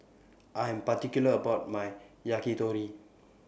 I Am particular about My Yakitori